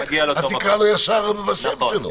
אז תקרא לו ישר בשם שלו.